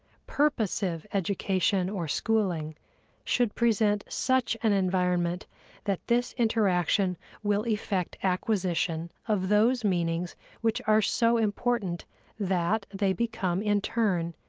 purposive education or schooling should present such an environment that this interaction will effect acquisition of those meanings which are so important that they become, in turn,